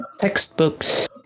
textbooks